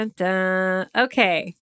Okay